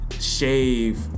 shave